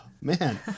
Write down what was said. man